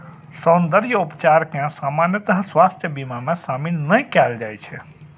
सौंद्रर्य उपचार कें सामान्यतः स्वास्थ्य बीमा मे शामिल नै कैल जाइ छै